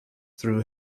through